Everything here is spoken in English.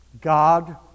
God